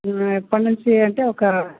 ఎప్పటి నుంచి అంటే ఒక